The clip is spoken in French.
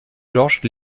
georges